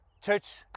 Church